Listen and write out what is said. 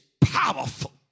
powerful